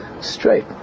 Straight